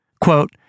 Quote